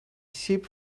sheep